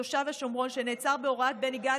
תושב השומרון שנעצר בהוראת בני גנץ.